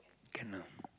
can ah